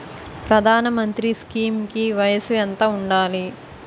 ప్రధాన మంత్రి స్కీమ్స్ కి వయసు ఎంత ఉండాలి?